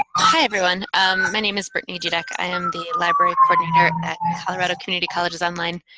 hi everyone my name is brittany dudek. i am the library coordinator at colorado community colleges online.